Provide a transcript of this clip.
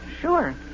Sure